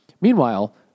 Meanwhile